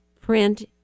Print